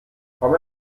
komme